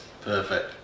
Perfect